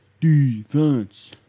Defense